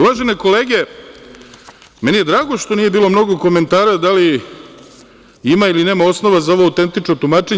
Uvažene kolege, meni je drago što nije bilo mnogo komentara da li ima ili nema osnova za ovo autentično tumačenje.